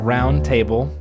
Roundtable